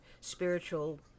spiritual